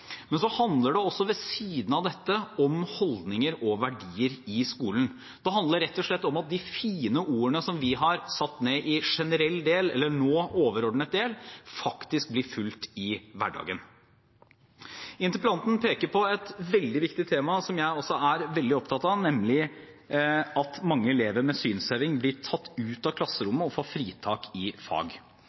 Men så handler det også – ved siden av dette – om holdninger og verdier i skolen. Det handler rett og slett om at de fine ordene vi har satt ned i generell del – eller nå overordnet del – faktisk blir fulgt i hverdagen. Interpellanten peker på et veldig viktig tema, som jeg også er veldig opptatt av, nemlig at mange elever med synshemming blir tatt ut av klasserommet og får fritak i fag.